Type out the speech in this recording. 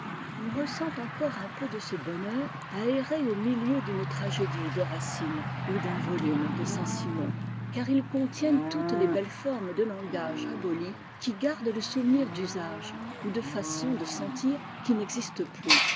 on ressent encoreun peude cebonheur à errer au milieu d'une tragédie de racine ou d'un volume de saint-simon car ils contiennenttoutes les belles formes de langage abolies qui gardent le souvenir d'usages ou defaçons de sentir qui n'existent plus